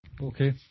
Okay